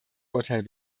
urteil